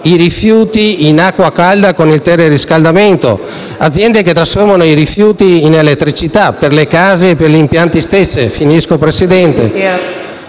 i rifiuti in acqua calda con il teleriscaldamento, aziende che trasformano i rifiuti in elettricità per le case e per gli impianti stessi, aziende